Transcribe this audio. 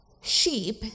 Sheep